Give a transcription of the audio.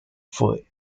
for